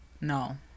No